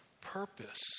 purpose